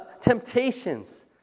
temptations